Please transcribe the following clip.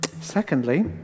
Secondly